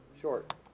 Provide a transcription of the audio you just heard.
short